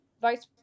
vice